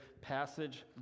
passage